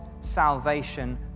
salvation